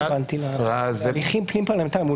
הליכים פנים פרלמנטריים.